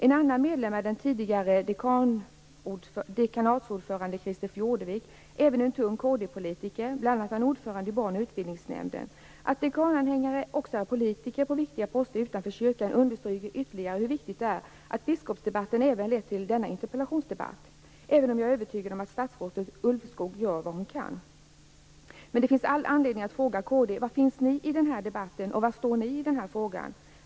En annan medlem är den tidigare dekanatsordföranden Christer Fjordevik, även en tung kd-politiker och ordförande i Barn och utbildningsnämnden. Att dekananhängare också är politiker och innehar viktiga poster utanför kyrkan understryker ytterligare hur viktigt det är att biskopsdebatten även lett till denna interpellationsdebatt, även om jag är övertygad om att statsrådet Ulvskog gör vad hon kan. Det finns all anledning att fråga: Var finns kd i den här debatten? Var står kd i den här frågan?